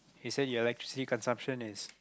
he say your electricity consumption is